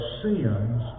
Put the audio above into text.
sins